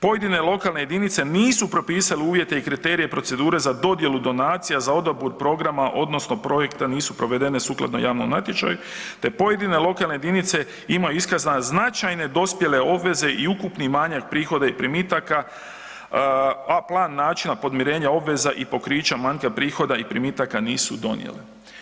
Pojedine lokalne jedinice nisu propisale uvjete i kriterije procedure za dodjelu donacija za odabir programa odnosno projekta nisu proveden sukladno javnom natječaju te pojedine lokalne jedinice imaju iskazane značajne dospjele obveze i ukupni manjak prihoda i primitaka a plan načina podmirenja obveza i pokrića manjka prihoda i primitaka nisu donijele.